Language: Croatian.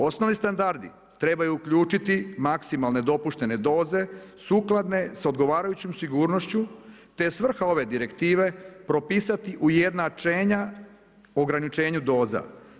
Osnovni standardi trebaju uključiti maksimalne dopuštene doze sukladne s odgovarajućom sigurnošću, te je svrha ove direktive propisati ujednačenja u ograničenju doza.